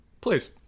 Please